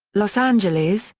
los angeles,